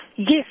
Yes